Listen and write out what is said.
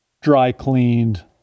dry-cleaned